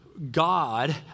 God